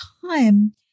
time